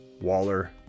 Waller